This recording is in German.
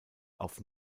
auf